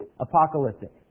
Apocalyptic